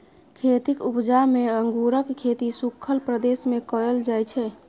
खेतीक उपजा मे अंगुरक खेती सुखल प्रदेश मे कएल जाइ छै